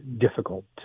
difficult